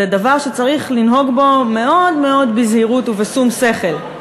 זה דבר שצריך לנהוג בו מאוד מאוד בזהירות ובשום שכל.